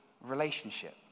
relationship